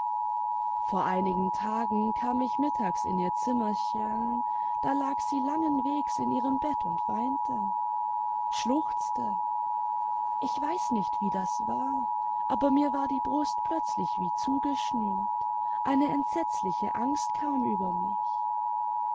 vor einigen tagen kam ich mittags in ihr zimmerchen da lag sie langenwegs in ihrem bett und weinte schluchzte ich weiß nicht wie das war aber mir war die brust plötzlich wie zugeschnürt eine entsetzliche angst kam über mich